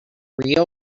ryō